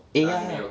eh yeah